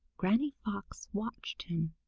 granny fox watched him.